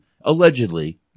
allegedly